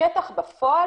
בשטח בפועל